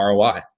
ROI